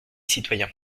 citoyens